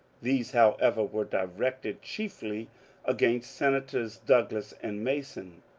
these, however, were directed chiefly against senators douglas and mason.